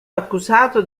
accusato